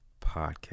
podcast